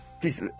please